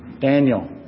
Daniel